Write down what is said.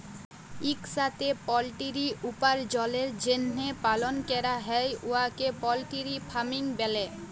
ইকসাথে পলটিরি উপার্জলের জ্যনহে পালল ক্যরা হ্যয় উয়াকে পলটিরি ফার্মিং ব্যলে